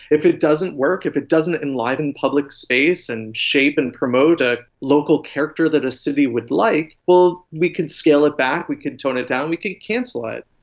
if it doesn't work, if it doesn't enliven public space and shape and promote a local character that a city would like, well, we could scale it back, we could tone it down, we could cancel that.